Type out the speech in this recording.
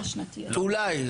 אולי.